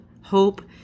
hope